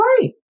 right